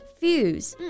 fuse